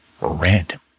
random